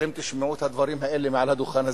אתם תשמעו את הדברים האלה מעל הדוכן הזה.